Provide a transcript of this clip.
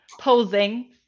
posing